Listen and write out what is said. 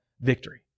victory